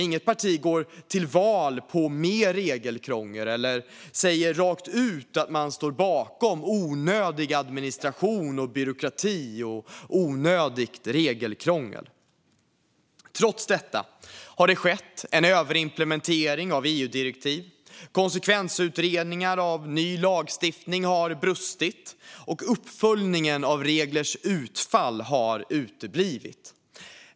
Inget parti går till val på mer regelkrångel eller säger rakt ut att man står bakom onödig administration och byråkrati och onödigt regelkrångel. Trots detta har det skett en överimplementering av EU-direktiv. Konsekvensutredningar av ny lagstiftning har brustit, och uppföljningen av reglers utfall har uteblivit.